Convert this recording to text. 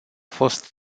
fost